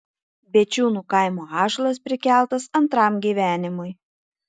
bėčiūnų kaimo ąžuolas prikeltas antram gyvenimui